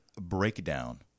breakdown